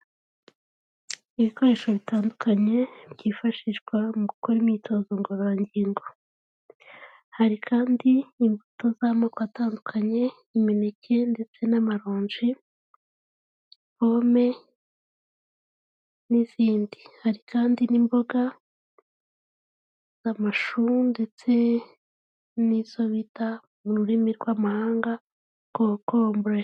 Ibikoresho bitandukanye byifashishwa mu gukora imyitozo ngororangingo. Hari kandi imbuto z'amoko atandukanye: imineke ndetse n'amaronji, pome, n'izindi... Hari kandi n'imboga z'amashu ndetse n'izo bita mururimi rw'amahanga kokombure.